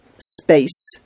space